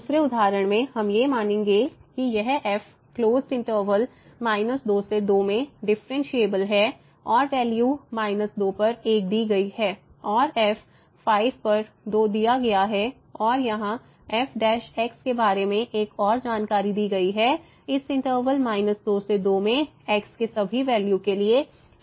दूसरे उदाहरण में हम ये मानेंगे कि यह f क्लोसड इंटरवल 2 से 2 में डिफरेंशिएबल है और वैल्यू 2 पर 1 दी गयी है और f 5 पर 2 दिया गया है और यहाँ f के बारे में एक और जानकारी दी गयी है इस इंटरवल 2 से 2 में x के सभी वैल्यू के लिए f 1 से सीमित है